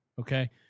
okay